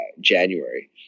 January